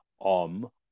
OM